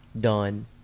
done